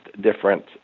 different